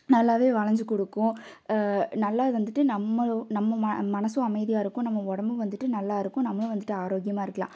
நல்லாவே வளைஞ்சி கொடுக்கும் நல்லா அது வந்துட்டு நம்மளும் நம்ம ம மனதும் அமைதியாக இருக்கும் நம்ம உடம்பும் வந்துட்டு நல்லா இருக்கும் நம்மளும் வந்துட்டு ஆரோக்கியமாக இருக்கலாம்